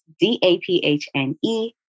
D-A-P-H-N-E